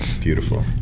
Beautiful